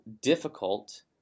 difficult